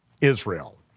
Israel